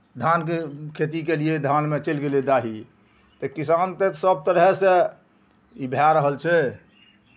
धानके खेतीके लिए धानमे चलि गेलै दाही तऽ किसान तऽ सभ तरहसँ ई भए रहल छै